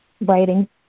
writing